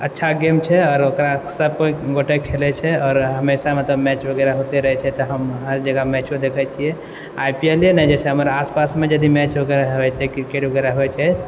अच्छा गेम छै आओर ओकरा सब कोई गोटे खेलै छै आओर हमेशा मतलब मैच वगैरह होइते रहै छै तऽ हम हर जगह मैचो देखै छियै आइ पी एल एलै ने जैसे हमर आसपासमे यदि मैच वगैरह होइ छै क्रिकेट वगैरह होइ छै